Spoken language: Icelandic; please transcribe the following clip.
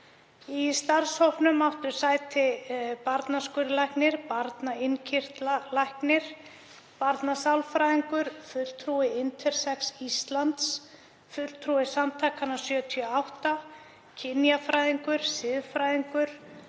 Í starfshópnum áttu sæti barnaskurðlæknir, barnainnkirtlalæknir, barnasálfræðingur, fulltrúi Intersex Íslands, fulltrúi Samtakanna '78, kynjafræðingur, siðfræðingur